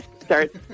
start